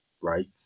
right